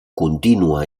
contínua